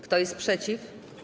Kto jest przeciw?